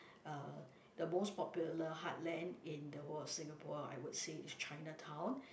uh the most popular heartland in the whole of Singapore I would say is Chinatown